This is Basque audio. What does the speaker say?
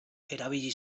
erabili